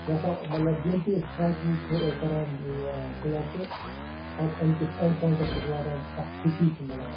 یہِ ہسا مطلب ییٚلہِ تہِ أسۍ ٹرٛٮ۪ک روٗٹ چھِ کران یہِ سِلٮ۪کٹ پتہٕ اَمہِ کِس اٮ۪نٛڈ پایِنٛٹَس پٮ۪ٹھ واتان چھِ اَکھ خوشی چھِ مِلان